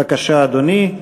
בבקשה, אדוני.